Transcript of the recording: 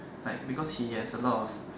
like because he has a lot of